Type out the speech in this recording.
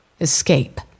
escape